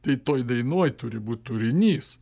tai toj dainoj turi būti turinys